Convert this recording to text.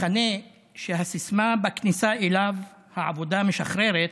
מחנה שהסיסמה בכניסה אליו, "העבודה משחררת",